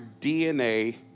DNA